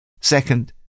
Second